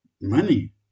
money